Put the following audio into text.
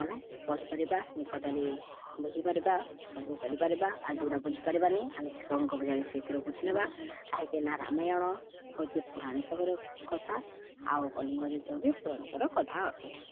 ଆମେ ପଢ଼ିପାରିବା ନିକଟରେ ବୁଝିପାରିବା ସବୁ କରିପାରିବା ଆଉ ଯୋଉଟା ବୁଝିପାରିବାନି ଆମେ ରେ ସେଇଥିରୁ ବୁଝି ନବା କାହିଁକି ନା ରାମାୟଣ ହେଉଛି ପୌରାଣିକକର କଥା ଆଉ କଲିଙ୍ଗ ଯୁଦ୍ଧ ବି ପୌରାଣିକର କଥା ଅଟେ